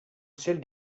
celle